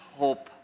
hope